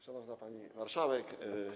Szanowna Pani Marszałek!